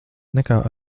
nekā